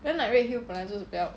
you know like red hill 本来就是比较